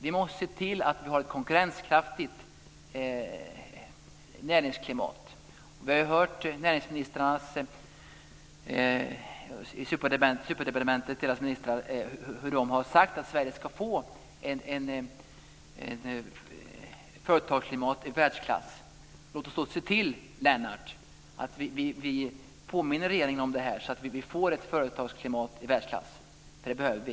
Vi måste se till att vi har ett konkurrenskraftigt näringsklimat. Vi har hört hur näringsministrarna i superdepartemenet har sagt att Sverige ska få ett företagsklimat i världsklass. Låt oss då se till, Lennart Beijer, att vi påminner regeringen om detta så att vi får ett företagsklimat i världsklass. Det behöver vi.